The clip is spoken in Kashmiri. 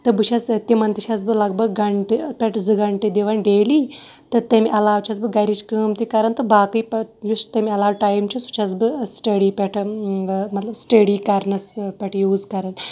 تہٕ بہٕ چھس تِمَن تہِ چھس بہٕ لگ بگ گھنٹہٕ پٮ۪ٹھ زٕ گھنٹہٕ دِوان ڈیلی تہٕ تَمہِ علاوٕ چھس بہٕ گَرِچ کٲم تہِ کَران تہٕ باقٕے پَتہٕ یُس تَمہِ علاوٕ ٹایِم چھُ سُہ چھس بہٕ سٹیڈی پٮ۪ٹھ مطلب سٹیڈی کَرنَس پٮ۪ٹھ یوٗز کَران